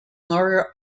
lower